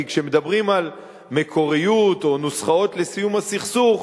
כי כשמדברים על מקוריות או נוסחאות לסיום הסכסוך,